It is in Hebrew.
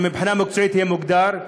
שמבחינה מקצועית זה יהיה מוגדר,